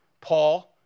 Paul